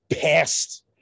past